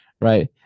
Right